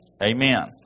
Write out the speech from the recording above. Amen